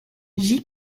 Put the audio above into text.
j’y